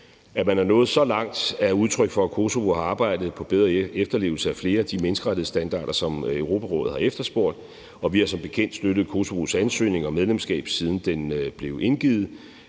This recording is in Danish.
At man er nået så langt, er jo et udtryk for, at Kosovo har arbejdet på en bedre efterlevelse af flere af de menneskerettighedsstandarder, som Europarådet har efterspurgt, og vi har som bekendt støttet Kosovos ansøgning om medlemskab, siden den blev indgivet.